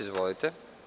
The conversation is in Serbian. Izvolite.